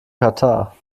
katar